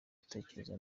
gutekereza